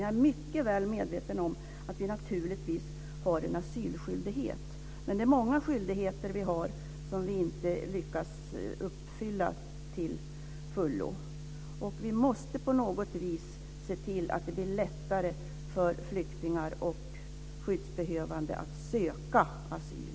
Jag är naturligtvis mycket väl medveten om att vi har en asylskyldighet, men vi har många skyldigheter som vi inte lyckas uppfylla till fullo. Vi måste på något vis se till att det blir lättare för flyktingar och skyddsbehövande att söka asyl.